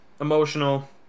emotional